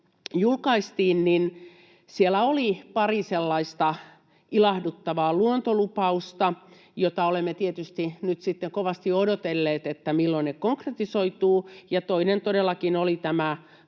julkaistiin, niin siellä oli pari sellaista ilahduttavaa luontolupausta, joita olemme tietysti nyt sitten kovasti odotelleet, sitä milloin ne konkretisoituvat. Toinen todellakin oli tämä